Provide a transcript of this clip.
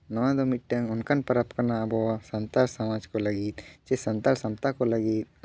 ᱱᱚᱣᱟ ᱫᱚ ᱢᱤᱫᱴᱟᱹᱝ ᱚᱱᱠᱟᱱ ᱯᱟᱨᱟᱵᱽ ᱠᱟᱱᱟ ᱟᱵᱚᱣᱟᱜ ᱥᱟᱱᱛᱟᱲ ᱥᱚᱢᱟᱡᱽ ᱠᱚ ᱞᱟᱹᱜᱤᱫ ᱥᱮ ᱥᱟᱱᱛᱟᱲ ᱥᱟᱶᱛᱟ ᱠᱚ ᱞᱟᱹᱜᱤᱫ